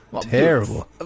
Terrible